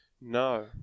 No